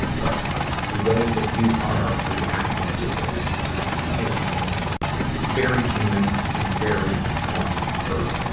but the way that you are reacting to this is very human and very normal for